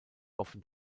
offen